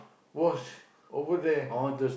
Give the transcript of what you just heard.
wash over there